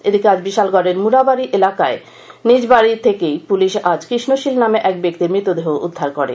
এদিকে আজ বিশালগড়ের মুড়াবাড়ি এলাকার নিজের বাড়ি থেকেই পুলিশ আজ কৃষ্ণশীল নামে এক ব্যক্তির দেহ উদ্ধার করেছে